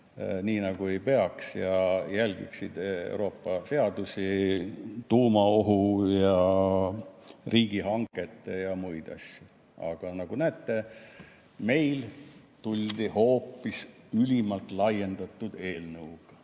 nii, nagu ei peaks, ja järgiksid Euroopa seadusi, tuumaohtu ja riigihankeid ja muid asju. Aga nagu näete, meile tuldi hoopis ülimalt laiendatud eelnõuga,